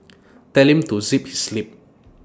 tell him to zip his lip